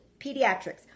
pediatrics